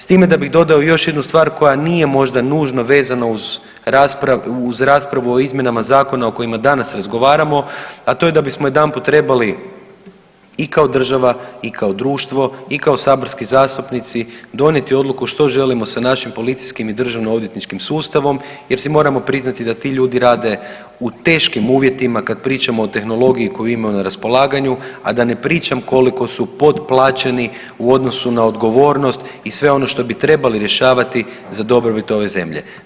S time da bi dodao još jednu stvar koja nije možda nužno vezana uz raspravu o izmjenama zakona o kojima danas razgovaramo, a to je da bismo jedanput trebali i kao država i kao društvo i kao saborski zastupnici donijeti odluku što želimo sa našim policijskim i državno odvjetničkim sustavom jer si moramo priznati da ti ljudi rade u teškim uvjetima kad pričamo o tehnologiji koju imaju na raspolaganju, a da ne pričam koliko su potplaćeni u odnosu na odgovornost i sve ono što bi trebali rješavati za dobrobit ove zemlje.